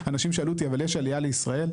אנשים שאלו אותי "אבל יש עלייה לישראל?".